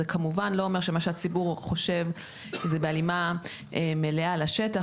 זה כמובן לא אומר שמה שהציבור חושב זה בהלימה מלאה לשטח,